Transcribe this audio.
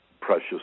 precious